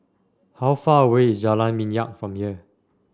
how far away is Jalan Minyak from here